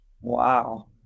Wow